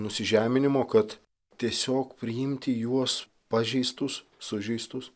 nusižeminimo kad tiesiog priimti juos pažeistus sužeistus